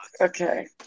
okay